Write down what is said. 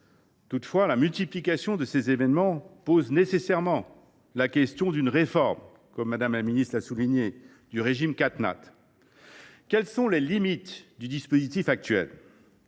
Toutefois, la multiplication de ces événements pose nécessairement la question d’une réforme, ce que Mme la ministre n’a pas manqué de souligner. Quelles sont limites du dispositif actuel ?